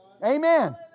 Amen